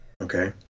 Okay